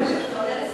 אתה לא חייב לדבר.